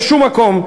בשום מקום,